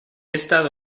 estado